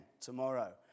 tomorrow